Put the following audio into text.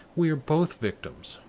we are both victims.